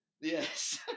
Yes